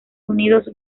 unidos